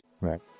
right